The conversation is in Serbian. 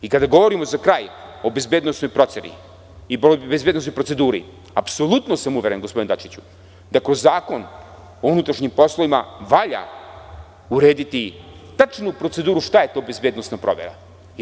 I kada govorimo, za kraj, o bezbednosnoj proceni i bezbednosnoj proceduri, apsolutno sam uveren, gospodine Dačiću, da kroz Zakon o unutrašnjim poslovima valja urediti tačnu proceduru šta je to bezbednosna provera.